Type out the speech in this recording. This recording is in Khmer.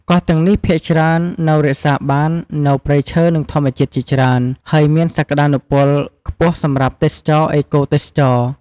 កោះទាំងនេះភាគច្រើននៅរក្សាបាននូវព្រៃឈើ និងធម្មជាតិជាច្រើន ហើយមានសក្ដានុពលខ្ពស់សម្រាប់ទេសចរណ៍អេកូទេសចរណ៍។